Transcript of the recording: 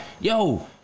yo